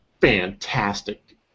fantastic